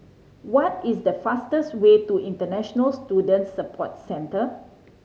what is the fastest way to International Student Support Centre